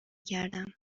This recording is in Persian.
کردم